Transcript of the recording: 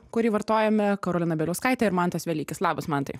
kurį vartojame karolina bieliauskaitė ir mantas velykis labas mantai